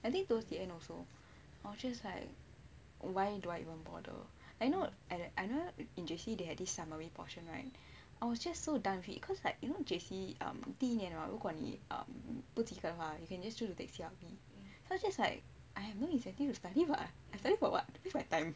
I think those the end alsoi was just like why do I even bother I know and I know in J_C they had this summary portion right I was just so done with it cause like you know J_C um 第一年 hor 如果你 err 不及格的话 you can just choose to take C_L_B that's just like I have no incentive to study [what] I study for what waste my time so